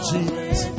Jesus